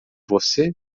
você